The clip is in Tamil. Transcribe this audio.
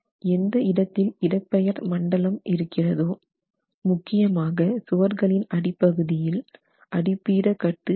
எந்த இடத்தில் இடப்பெயர் மண்டலம் இருக்கிறதோ முக்கியமாக சுவர்களின் அடிப்பகுதியில் அடிப்பீட கட்டு இருக்கும்